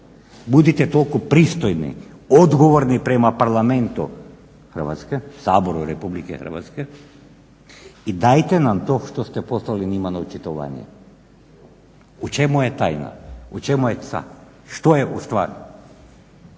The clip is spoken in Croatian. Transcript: Budite toliko pristojni, odgovorni prema Parlamentu Hrvatske, Saboru Republike Hrvatske i dajte nam to što ste nam poslali njima na očitovanje. U čemu tajna u čemu je caka, što je ustvari?